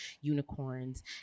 unicorns